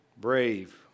Brave